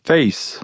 Face